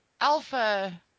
Alpha